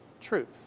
Truth